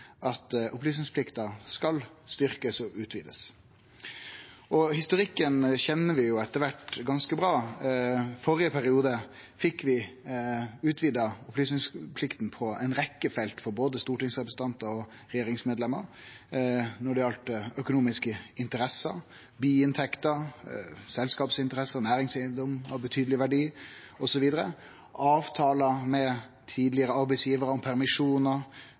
at opplysningsplikta skal styrkast og utvidast. Historikken kjenner vi etter kvart ganske bra. I førre periode fekk vi utvida opplysningsplikta på ei rekke felt for både stortingsrepresentantar og regjeringsmedlemer når det gjaldt økonomiske interesser, biinntekter, selskapsinteresser, næringseigedomar av betydeleg verdi osv. Avtalar med tidlegare arbeidsgivarar om permisjonar,